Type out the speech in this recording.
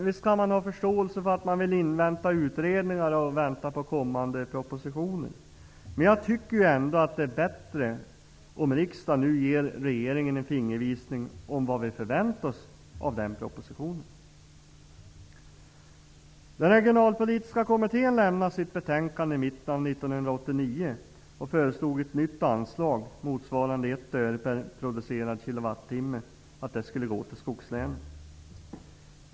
Visst kan man ha förståelse för att de vill invänta utredningar och vänta på kommande propositioner. Jag tycker ändå att det är bättre om riksdagen nu ger regeringen en fingervisning om vad vi förväntar oss av den propositionen. Den regionalpolitiska kommittén som lämnade sitt betänkande i mitten av 1989 föreslog att ett nytt anslag -- motsvarande ett öre per producerad kWh -- skulle gå till skogslänen.